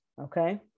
Okay